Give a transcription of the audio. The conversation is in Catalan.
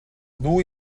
dur